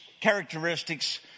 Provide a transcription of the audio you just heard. characteristics